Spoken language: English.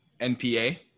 NPA